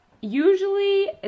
usually